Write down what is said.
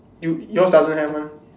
you yours doesn't have mah